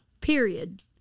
Period